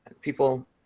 People